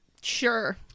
Sure